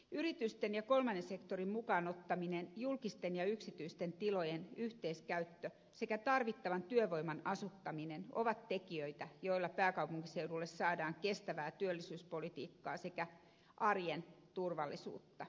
yritysten ja kolmannen sektorin mukaan ottaminen julkisten ja yksityisten tilojen yhteiskäyttö sekä tarvittavan työvoiman asuttaminen ovat tekijöitä joilla pääkaupunkiseudulle saadaan kestävää työllisyyspolitiikkaa sekä arjen turvallisuutta